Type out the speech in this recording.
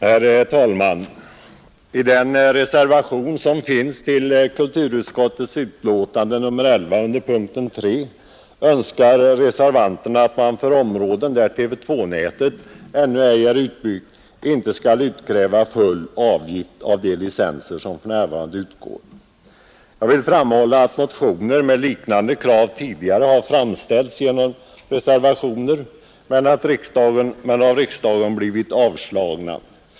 Herr talman! I reservationen till kulturutskottets betänkande nr 11 under punkten 3 önskar reservanterna att man för områden där TV 2-nätet ännu ej är utbyggt inte skall utkräva full licensavgift. Jag vill framhålla att motioner och reservationer med likande krav tidigare har framställts men av riksdagen blivit avslagna.